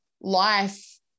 life